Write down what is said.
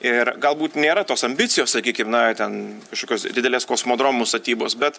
ir galbūt nėra tos ambicijos sakykim na ten kažkokios didelės kosmodromo statybos bet